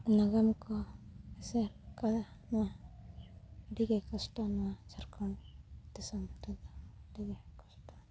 ᱱᱟᱜᱟᱢ ᱠᱚ ᱮᱥᱮᱨ ᱟᱠᱟᱫᱟ ᱱᱚᱣᱟ ᱟᱹᱰᱤᱜᱮ ᱠᱚᱥᱴᱚ ᱱᱚᱣᱟ ᱡᱷᱟᱲᱠᱷᱚᱸᱰ ᱫᱤᱥᱚᱢ ᱨᱮᱫᱚ ᱟᱹᱰᱤᱜᱮ ᱠᱚᱥᱴᱚ